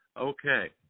Okay